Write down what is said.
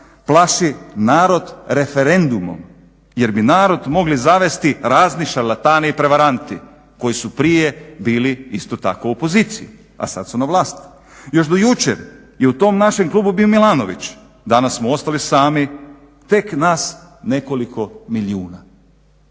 plaši narod referendumom jer bi narod mogli zavesti razni šarlatani i prevaranti koji su prije bili isto tako u opoziciji, a sad su na vlasti. Još do jučer je u tom našem klubu bio Milanović, danas smo ostali sami tek nas nekoliko milijuna.